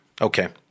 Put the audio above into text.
Okay